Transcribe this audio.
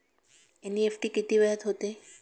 NEFT किती वेळात होते?